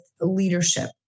leadership